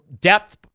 depth